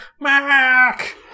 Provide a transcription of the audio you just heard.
Mac